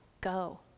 go